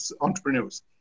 entrepreneurs